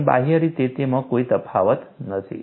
પણ બાહ્ય રીતે તેમાં કોઈ તફાવત નથી